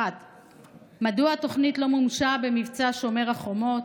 1. מדוע התוכנית לא מומשה במבצע שומר החומות?